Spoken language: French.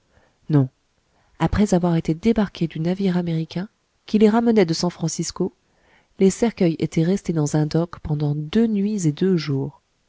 non après avoir été débarqués du navire américain qui les ramenait de san francisco les cercueils étaient restés dans un dock pendant deux nuits et deux jours